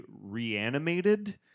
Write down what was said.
reanimated